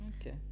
okay